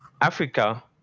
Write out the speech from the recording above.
Africa